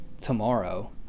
tomorrow